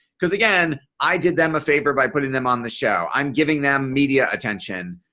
because again i did them a favor by putting them on the show. i'm giving them media attention.